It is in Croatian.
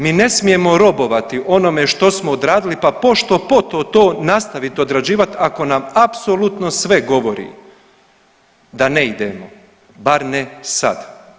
Mi ne smijemo robovati onome što smo odradili pa pošto poto to nastaviti odrađivati ako nam apsolutno sve govori da ne idemo, bar ne sad.